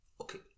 Okay